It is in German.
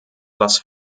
was